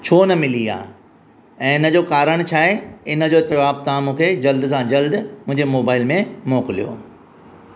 छो न मिली आहे ऐं इन जो कारण छा आहे इन जो जवाबु तव्हां मूंखे जल्द सां जल्द मुंहिंजे मोबाइल में मोकिलियो